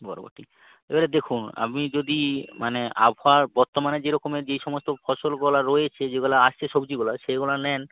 বরবটি এবারে দেখুন আপনি যদি মানে আবহাওয়ার বর্তমানে যে রকমের যেই সমস্ত ফসলগুলা রয়েছে যেগুলা আসছে সবজিগুলা সেগুলা নেন